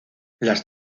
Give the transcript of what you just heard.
las